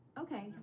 Okay